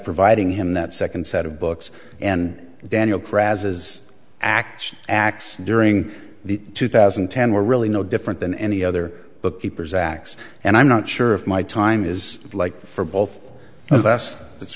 providing him that second set of books and daniel crabs as x x during the two thousand and ten were really no different than any other book keepers x and i'm not sure if my time is like for both of us it's